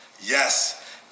Yes